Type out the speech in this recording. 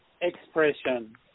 expression